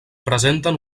presenten